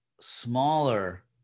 smaller